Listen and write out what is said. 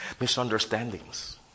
Misunderstandings